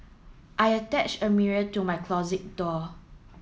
I attached a mirror to my closet door